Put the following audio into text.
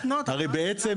הרי בעצם,